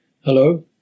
Hello